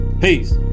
Peace